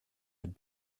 had